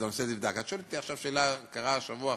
את שואלת אותי שאלה על דבר שקרה בשבוע האחרון.